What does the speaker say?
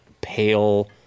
pale